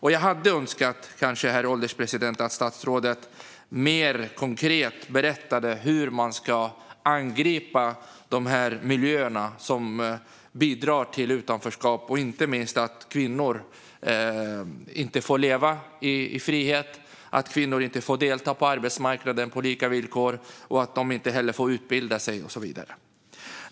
Jag hade kanske önskat, herr ålderspresident, att statsrådet mer konkret berättade hur man ska angripa de miljöer som bidrar till utanförskap och inte minst till att kvinnor inte får leva i frihet, delta på arbetsmarknaden på lika villkor och inte heller utbilda sig och så vidare.